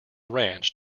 ranch